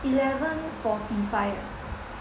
eleven forty five